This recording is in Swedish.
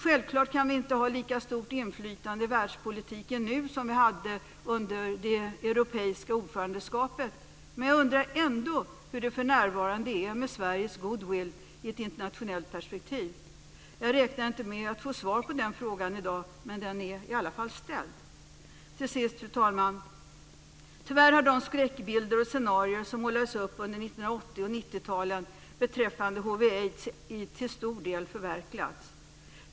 Självklart kan vi inte ha lika stort inflytande i världspolitiken nu som vi hade som europeiskt ordförandeland, men jag undrar ändå hur det för närvarande är med Sveriges goodwill i ett internationellt perspektiv. Jag räknar inte med att få svar på den frågan i dag. Men den är i alla fall ställd. Till sist, fru talman, har tyvärr de skräckbilder och scenarier som målades upp under 1980 och 1990 talen beträffande hiv/aids till stor del förverkligats.